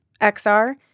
XR